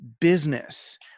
business